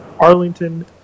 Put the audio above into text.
Arlington